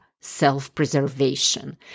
self-preservation